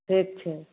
ठीक छै